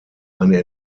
eine